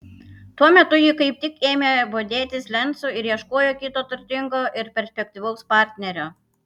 tuo metu ji kaip tik ėmė bodėtis lencu ir ieškojo kito turtingo ir perspektyvaus partnerio